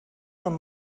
amb